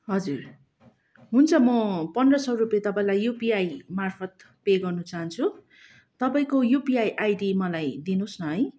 हजुर हुन्छ म पन्ध्र सय रुपियाँ तपाईँलाई युपिआईमार्फत पे गर्नु चाहन्छु तपाईँको युपिआई आइडी मलाई दिनुहोस् न है